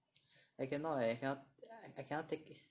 I cannot leh cannot I cannot take